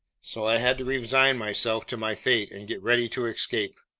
so i had to resign myself to my fate and get ready to escape.